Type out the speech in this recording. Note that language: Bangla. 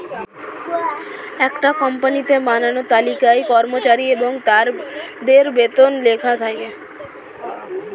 একটা কোম্পানিতে বানানো তালিকায় কর্মচারী এবং তাদের বেতন লেখা থাকে